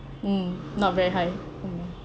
mm not very high mm